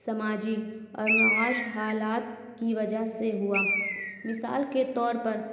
سماجی اور معاش حالات کی وجہ سے ہوا مثال کے طور پر